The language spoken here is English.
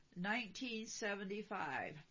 1975